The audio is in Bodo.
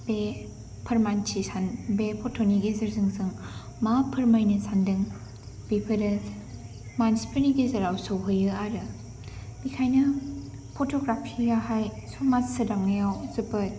बे फट'नि गेजेरजों जों मा फोरमायनो सानदों बेफोरो मानसिफोरनि गेजेराव सहैयो आरो बिखायनो फट'ग्राफियाहाय समाज सोदांनायावहाय जोबोद